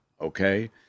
Okay